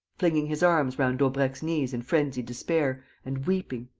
flinging his arms round daubrecq's knees in frenzied despair and weeping,